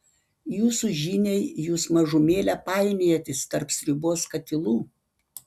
jūsų žiniai jūs mažumėlę painiojatės tarp sriubos katilų